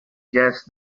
just